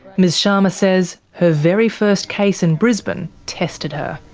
ms sharma says her very first case in brisbane tested her.